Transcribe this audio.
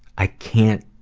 i can't,